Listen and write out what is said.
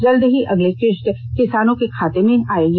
जल्द ही अगली किष्त किसानों के खाते में आयेगी